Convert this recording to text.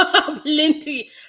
plenty